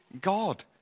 God